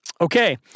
Okay